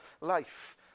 life